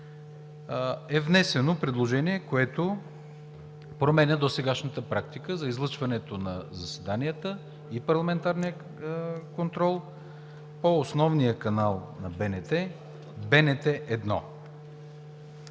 е внесено предложение, което променя досегашната практика за излъчването на заседанията и парламентарния контрол по основния канал на БНТ – Канал